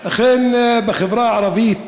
אכן, בחברה הערבית